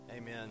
Amen